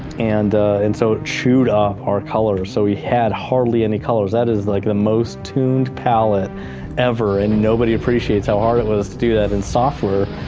and and so it chewed up our colors, so we had hardly any colors. that is like the most tuned pallet ever and nobody appreciates how hard it was to do that in software,